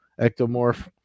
ectomorph